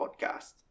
podcast